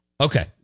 Okay